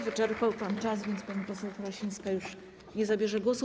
Wyczerpał pan czas, więc pani poseł Chorosińska już nie zabierze głosu.